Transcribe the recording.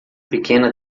pequena